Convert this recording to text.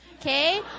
okay